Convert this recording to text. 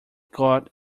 got